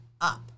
up